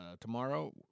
tomorrow